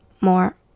more